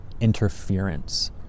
interference